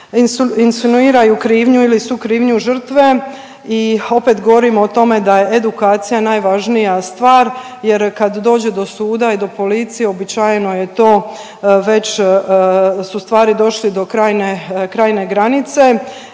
insinuiraju krivnju ili sukrivnju žrtve i opet govorimo o tome da je edukacija najvažnija stvar, jer kad dođe do suda i do policije, uobičajeno je to već su stvari došli do krajnje, krajnje